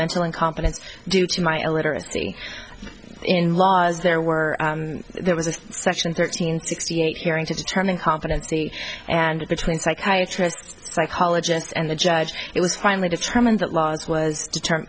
mental incompetence due to my illiteracy in laws there were there was a section thirteen sixty eight hearing to determine competency and between psychiatry psychologists and the judge it was finally determined that laws was determine